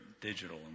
digital